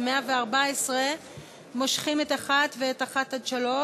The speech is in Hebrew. ב-114 מושכים את 1, ואז את 1 3,